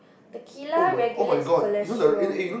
tequila regulates cholesterol